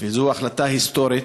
וזו החלטה היסטורית,